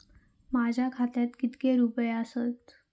माझ्या खात्यात कितके रुपये आसत?